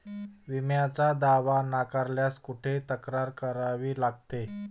विम्याचा दावा नाकारल्यास कुठे तक्रार करावी लागेल?